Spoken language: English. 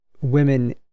women